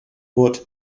wood